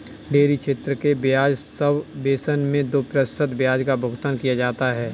dairy क्षेत्र के ब्याज सबवेसन मैं दो प्रतिशत ब्याज का भुगतान किया जाता है